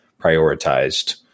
prioritized